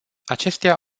acestea